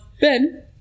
Ben